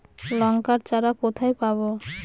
লঙ্কার চারা কোথায় পাবো?